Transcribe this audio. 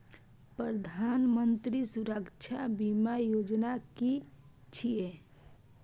प्रधानमंत्री सुरक्षा बीमा योजना कि छिए?